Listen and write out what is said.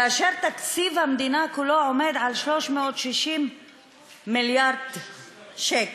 כאשר תקציב המדינה כולו עומד על 360 מיליארד שקל.